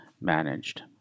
managed